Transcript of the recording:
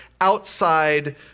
outside